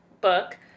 book